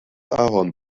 ahorn